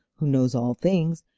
who knows all things,